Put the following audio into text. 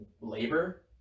labor